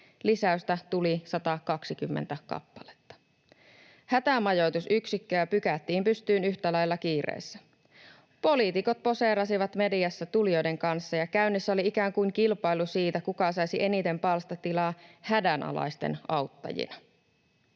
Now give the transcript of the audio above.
Lisäystä tuli 120 kappaletta. Hätämajoitusyksikköjä pykättiin pystyyn yhtä lailla kiireessä. Poliitikot poseerasivat mediassa tulijoiden kanssa, ja käynnissä oli ikään kuin kilpailu siitä, kuka saisi eniten palstatilaa hädänalaisten auttajana.